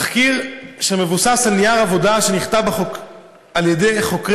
תחקיר שמבוסס על נייר עבודה שנכתב על ידי חוקרי